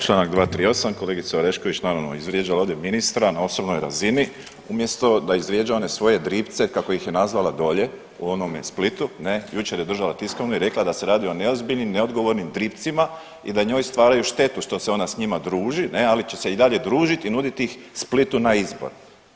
Čl. 238., kolegica Orešković je naravno izvrijeđala ovdje ministra na osobnoj razini umjesto da izvrijeđa one svoje dripce kako ih je nazvala dolje u onome Splitu ne, jučer je držala tiskovnu i rekla da se radi o neozbiljnim i neodgovornim dripcima i da njoj stvaraju štetu što se ona s njima druži, ne, ali će se i dalje družiti i nuditi ih Splitu na izbor.